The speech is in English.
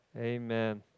Amen